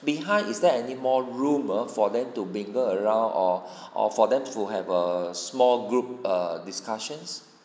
behind is there anymore room ah for them to mingle around or or for them to have a small group err discussions